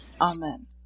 Amen